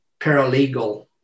paralegal